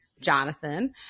Jonathan